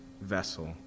vessel